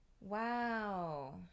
wow